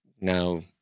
now